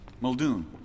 Muldoon